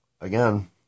Again